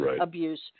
abuse